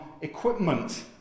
equipment